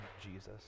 Jesus